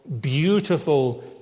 beautiful